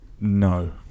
No